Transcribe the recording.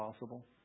possible